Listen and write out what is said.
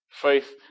Faith